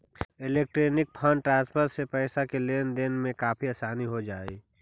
electronic fund transfer से पैसे की लेन देन में काफी आसानी हो जा हई